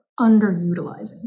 underutilizing